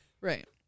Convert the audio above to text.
Right